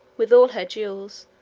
with all her jewels,